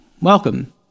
welcome